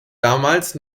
damals